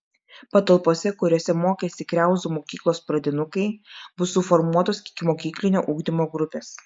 patalpose kuriose mokėsi kriauzų mokyklos pradinukai bus suformuotos ikimokyklinio ugdymo grupės